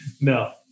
No